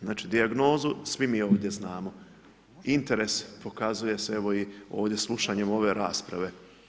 Znači dijagnozu, svi mi ovdje znamo, interes pokazuje se evo i ovdje slušanjem ove rasprave.